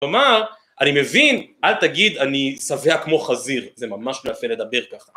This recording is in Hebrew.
כלומר, אני מבין, אל תגיד אני שבע כמו חזיר, זה ממש לא יפה לדבר ככה.